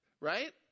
right